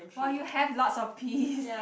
well you have lots of peas